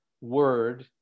word